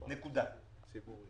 תוקעים